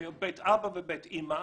זה בית אבא ובית אימא.